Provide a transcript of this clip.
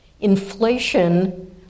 Inflation